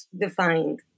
defined